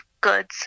goods